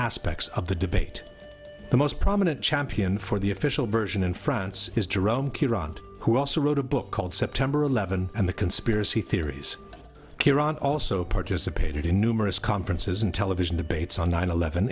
aspects of the debate the most prominent champion for the official version in france is to rome who also wrote a book called september eleventh and the conspiracy theories kieron also participated in numerous conferences and television debates on nine eleven